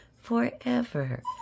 forever